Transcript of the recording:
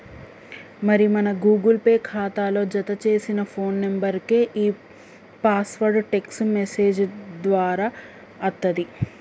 మరి మన Google Pay ఖాతాలో జతచేసిన ఫోన్ నెంబర్కే ఈ పాస్వర్డ్ టెక్స్ట్ మెసేజ్ దారా అత్తది